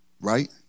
right